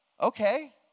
Okay